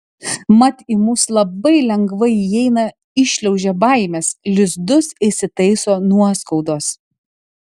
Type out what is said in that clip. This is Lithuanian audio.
mat į mus labai lengvai įeina įšliaužia baimės lizdus įsitaiso nuoskaudos